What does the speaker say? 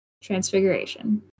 Transfiguration